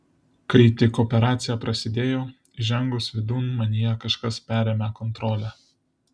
kai tik operacija prasidėjo įžengus vidun manyje kažkas perėmė kontrolę